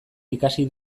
ikasi